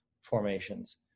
formations